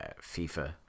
FIFA